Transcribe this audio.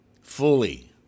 fully